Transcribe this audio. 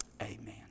Amen